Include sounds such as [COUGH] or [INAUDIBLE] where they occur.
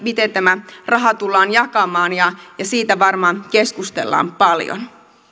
[UNINTELLIGIBLE] miten tämä raha tullaan jakamaan ja siitä varmaan keskustellaan paljon